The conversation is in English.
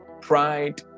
pride